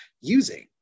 using